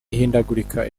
ihindagurika